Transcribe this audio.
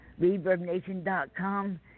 ReverbNation.com